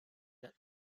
that